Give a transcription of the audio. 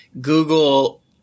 Google